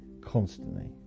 constantly